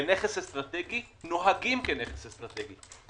ובנכס אסטרטגי נוהגים כבנכס אסטרטגי.